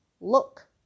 Look